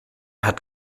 hat